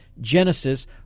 Genesis